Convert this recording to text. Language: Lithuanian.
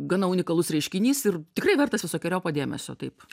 gana unikalus reiškinys ir tikrai vertas visokeriopo dėmesio taip